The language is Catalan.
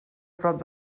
prop